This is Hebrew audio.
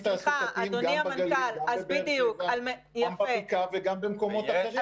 תעסוקתיים גם בגליל וגם בבאר שבע וגם במקומות אחרים.